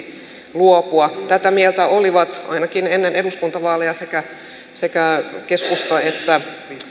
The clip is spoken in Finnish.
luopua tätä mieltä olivat ainakin ennen eduskuntavaaleja sekä sekä keskusta että